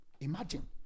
Imagine